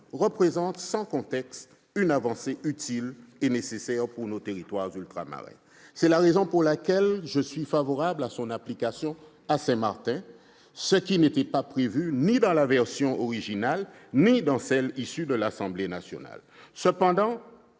représente une avancée utile et nécessaire pour nos territoires ultramarins. C'est la raison pour laquelle je suis favorable à son application à Saint-Martin, ce qui n'était prévu ni dans la version initiale ni dans le texte issu des travaux de l'Assemblée nationale. Cependant,